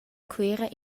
cuera